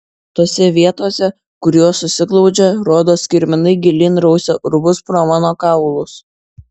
tose vietose kur jos susiglaudžia rodos kirminai gilyn rausia urvus pro mano kaulus